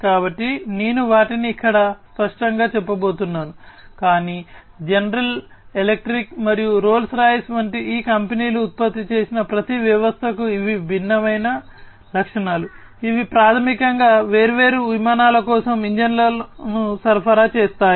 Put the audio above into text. కాబట్టి నేను వాటిని ఇక్కడ స్పష్టంగా చెప్పబోతున్నాను కాని జనరల్ ఎలక్ట్రిక్ మరియు రోల్స్ రాయిస్ వంటి ఈ కంపెనీలు ఉత్పత్తి చేసే ప్రతి వ్యవస్థకు ఇవి భిన్నమైన లక్షణాలు ఇవి ప్రాథమికంగా వేర్వేరు విమానాల కోసం ఇంజిన్లను సరఫరా చేస్తాయి